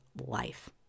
life